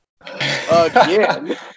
again